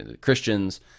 Christians